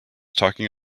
talking